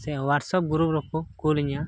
ᱥᱮ WhatsApp group ᱨᱮᱠᱚ ᱠᱩᱞ ᱤᱧᱟᱹ